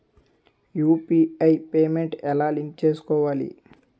UPI payment ఎలా link చేసుకోవాలి?